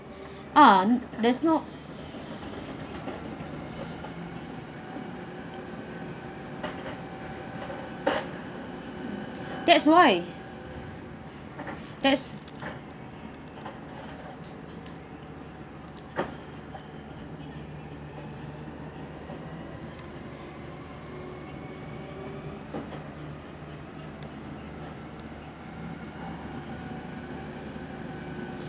uh there's no that's why that's